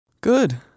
Good